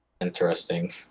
interesting